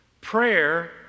prayer